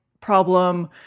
problem